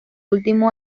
último